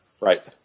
Right